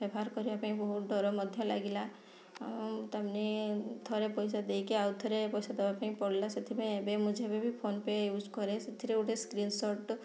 ବ୍ୟବହାର କରିବା ପାଇଁ ବହୁତ ଡ଼ର ମଧ୍ୟ ଲାଗିଲା ତାମାନେ ଥରେ ପଇସା ଦେଇକି ଆଉ ଥରେ ପଇସା ଦେବା ପାଇଁ ପଡ଼ିଲା ସେଥିପାଇଁ ଏବେ ମୁଁ ଯେବେ ବି ଫୋନ୍ପେ ୟୁଜ୍ କରେ ସେଥିରେ ଗୋଟେ ସ୍କ୍ରିନ୍ ସଟ୍